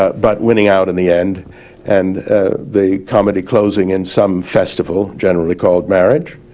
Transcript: but winning out in the end and the comedy closing in some festival generally called marriage,